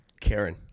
Karen